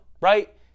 right